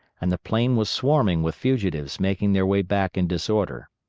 and the plain was swarming with fugitives making their way back in disorder.